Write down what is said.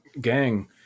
gang